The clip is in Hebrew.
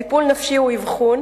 טיפול נפשי הוא אבחון,